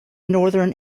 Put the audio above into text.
northern